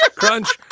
ah crunch.